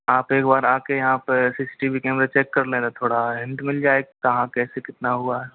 आप एक बार आ के यहाँ पे C C T V camera check कर लेंगे थोड़ा हिंट मिल जाए कहाँ कैसे कितना हुआ हैं